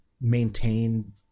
maintain